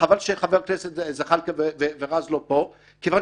חבל שחברי הכנסת זחאלקה ורז לא פה כיוון